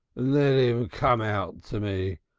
let im come out to me!